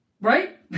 right